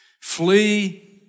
Flee